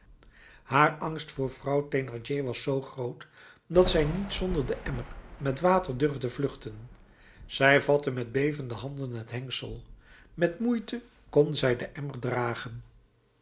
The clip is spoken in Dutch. haar angst voor vrouw thénardier was zoo groot dat zij niet zonder den emmer met water durfde vluchten zij vatte met bevende handen het hengsel met moeite kon zij den emmer dragen